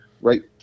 right